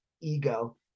ego